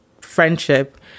friendship